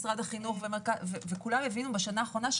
משרד החינוך וכולם הבינו בשנה האחרונה,